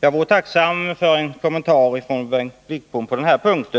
Jag vore tacksam för en kommentar av Bengt Wittbom på denna punkt.